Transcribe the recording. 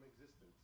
existence